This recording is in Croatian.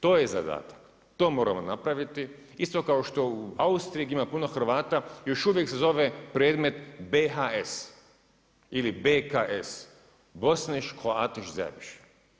To je zadatak, to moramo napraviti isto kao što u Austriji gdje ima puno Hrvata još uvijek se zove predmet BHS ili BKS, bosniš, kroatiš, serbiš.